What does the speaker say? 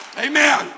Amen